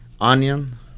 onion